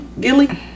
Gilly